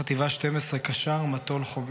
חטיבה 12, קשר-מטול-חובש: